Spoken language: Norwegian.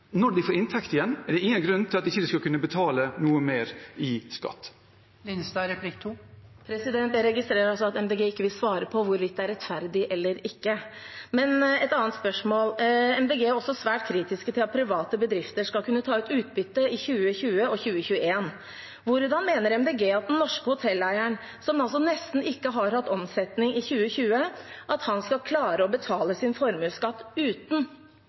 Når de får inntekt igjen, er det ingen grunn til at de ikke skal kunne betale noe mer i skatt. Jeg registrerer at Miljøpartiet De Grønne ikke vil svare på hvorvidt det er rettferdig eller ikke. Et annet spørsmål: Miljøpartiet De Grønne er også svært kritisk til at private bedrifter skal kunne ta ut utbytte i 2020 og 2021. Hvordan mener Miljøpartiet De Grønne at den norske hotelleieren, som altså nesten ikke har hatt omsetning i 2020, skal klare å betale sin formuesskatt uten